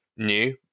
New